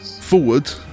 forward